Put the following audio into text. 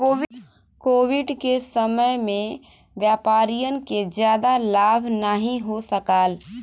Covid के समय में व्यापारियन के जादा लाभ नाहीं हो सकाल